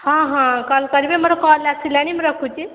ହଁ ହଁ କଲ୍ କରିବେ ମୋର କଲ୍ ଆସିଲାଣି ମୁଁ ରଖୁଛି